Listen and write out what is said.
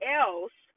else